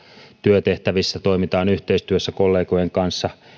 työtehtävissä toimitaan yhteistyössä kollegojen kanssa